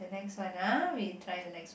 next one ah we try the next one